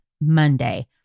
Monday